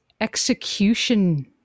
execution